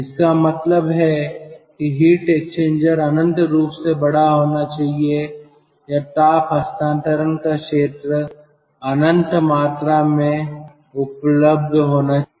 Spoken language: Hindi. इसका मतलब है कि हीट एक्सचेंजर अनंत रूप से बड़ा होना चाहिए या ताप हस्तांतरण का क्षेत्र अनंत मात्रा में उपलब्ध होना चाहिए